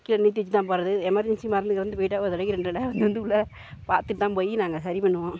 கீழே நிறுத்தி வெச்சுட்டு தான் போகிறது எமர்ஜென்சி மறந்து கிறந்து போயிட்டா ஒரு தடவைக்கு ரெண்டு தடவை வந்து வந்து உள்ளே பார்த்துட்டு தான் போய் நாங்கள் சரி பண்ணுவோம்